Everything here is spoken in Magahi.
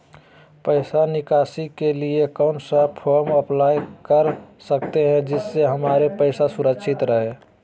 पैसा निकासी के लिए कौन सा फॉर्म अप्लाई कर सकते हैं जिससे हमारे पैसा सुरक्षित रहे हैं?